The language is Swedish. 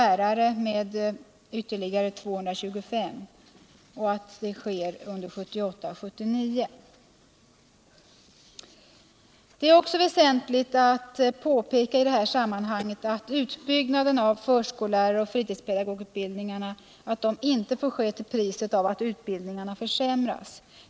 Därför måste I detta sammanhang är det också väsentligt att påpeka att utbyggnaden av Onsdagen den förskollärar och fritidspedagogutbildningarna inte får ske till priset av att 24 maj 1978 utbildningarna försämras.